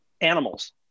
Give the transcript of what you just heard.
animals